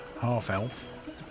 half-elf